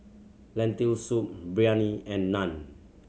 Lentil Soup Biryani and Naan